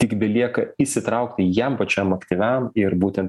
tik belieka įsitraukti jam pačiam aktyviam ir būtent